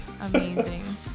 Amazing